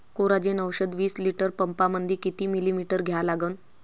Coragen औषध विस litre पंपामंदी किती मिलीमिटर घ्या लागन?